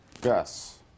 gus